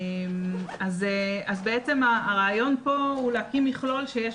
אז בעצם הרעיון פה הוא להקים מכלול שיש